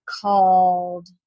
called